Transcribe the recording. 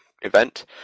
event